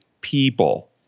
people